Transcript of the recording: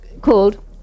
called